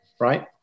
right